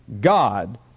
God